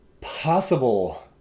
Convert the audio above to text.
possible